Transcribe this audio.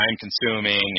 time-consuming